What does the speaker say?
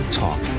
talk